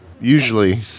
Usually